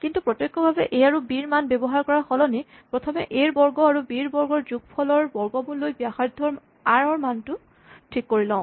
কিন্তু প্ৰত্যক্ষভাৱে এ আৰু বি ৰ মান ব্যৱহাৰ কৰাৰ সলনি প্ৰথমে এ ৰ বৰ্গ আৰু বি ৰ বৰ্গৰ যোগফলৰ বৰ্গমূল লৈ ব্যাসাৰ্ধ আৰ ৰ মানটো ঠিক কৰি লওঁ